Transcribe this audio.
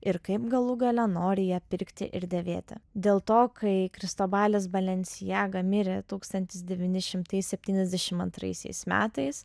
ir kaip galų gale nori ją pirkti ir dėvėti dėl to kai kristobalis balenciaga mirė tūkstantis devyni šimtai septyniasdešim antraisiais metais